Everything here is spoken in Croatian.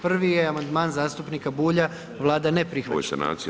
Prvi je amandman zastupnika Bulja, Vlada ne prihvaća.